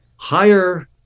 higher